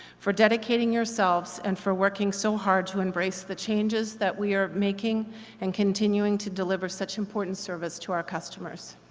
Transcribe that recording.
for dedicating yourselves and for working so hard to embrace the changes that we are making and continuing to deliver such important service to our customers.